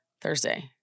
Thursday